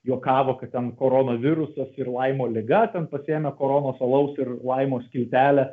juokavo kad ten koronavirusas ir laimo liga ten pasiėmė koronos alaus ir laimo skiltelę